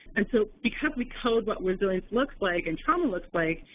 and so because we code what resilience looks like and trauma looks like,